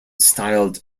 styled